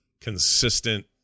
consistent